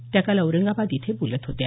त्या काल औरंगाबाद इथं बोलत होत्या